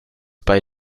bei